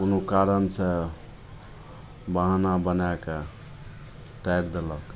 कोनो कारणसे बहाना बनैके टारि देलक